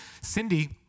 Cindy